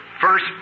first